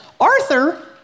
Arthur